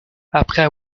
après